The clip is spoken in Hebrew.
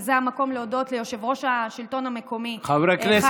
וזה המקום להודות ליושב-ראש השלטון המקומי חיים